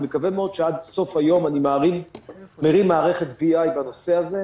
אני מקווה מאוד שעד סוף היום אני מרים מערכת BI בנושא הזה,